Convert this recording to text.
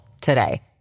today